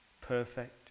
Perfect